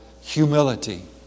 Humility